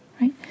right